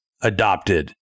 adopted